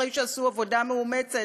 אחרי שעשו עבודה מאומצת.